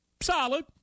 solid